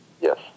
Yes